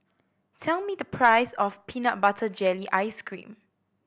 tell me the price of peanut butter jelly ice cream